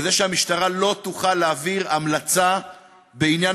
וזה שהמשטרה לא תוכל להעביר המלצה בעניין